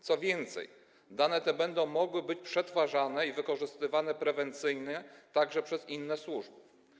Co więcej, dane te będą mogły być przetwarzane i wykorzystywane prewencyjnie także przez inne służby.